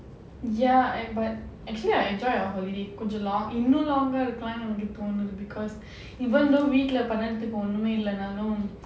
ya but actually I enjoy our holiday கொஞ்சம்:konjam long இன்னும்:innum long ah இருந்திருக்கலாம்னு தோணுது:irundhirukkalaamnu thonudhu because even though we வீட்ல பண்றதுக்கு ஒன்றுமே இல்லனாலும்:veetla pandrudhuku ondrumae ilananaalum